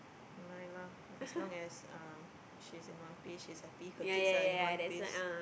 never mind lah as long as um she's in one piece she's happy her kids are in one piece